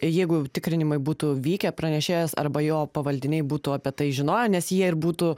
jeigu tikrinimai būtų vykę pranešėjas arba jo pavaldiniai būtų apie tai žinoję nes jie ir būtų